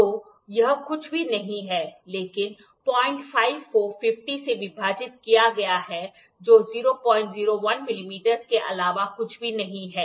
तो यह कुछ भी नहीं है लेकिन 05 को 50 से विभाजित किया गया है जो 001 मिलीमीटर के अलावा कुछ भी नहीं है